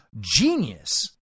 genius